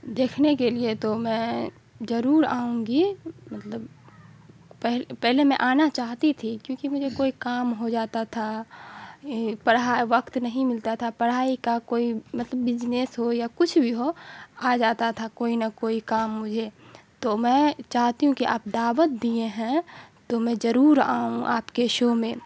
دیکھنے کے لیے تو میں ضرور آؤں گی مطلب پہلے میں آنا چاہتی تھی کیوںکہ مجھے کوئی کام ہو جاتا تھا پڑھا وقت نہیں ملتا تھا پڑھائی کا کوئی مطلب بجنیس ہو یا کچھ بھی ہو آ جاتا تھا کوئی نہ کوئی کام مجھے تو میں چاہتی ہوں کہ آپ دعوت دیے ہیں تو میں ضرور آؤں آپ کے شو میں